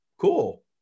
cool